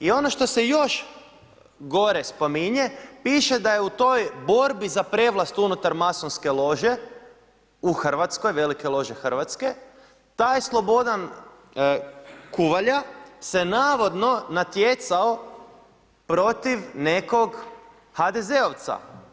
I ono što se još gore spominje, piše da je u toj borbi za prevlast unutar masonske lože u Hrvatskoj, velike lože Hrvatske, taj Slobodan Kuvalja se navodno natjecao protiv nekog HDZ-ovca.